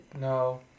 No